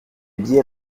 billets